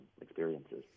experiences